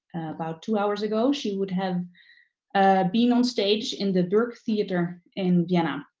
about two hours ago she would have been on stage in the burgtheater in vienna.